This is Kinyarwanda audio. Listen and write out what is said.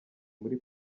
muri